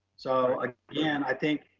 so again i think,